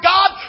God